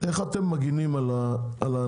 איך אתם מגנים על האנשים.